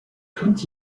tout